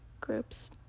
groups